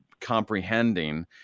comprehending